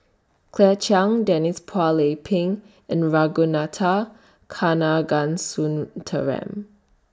Claire Chiang Denise Phua Lay Peng and Ragunathar Kanagasuntheram